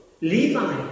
Levi